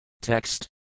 Text